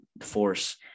force